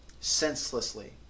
senselessly